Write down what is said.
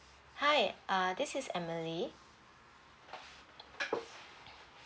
hi uh this is emily